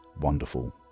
wonderful